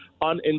on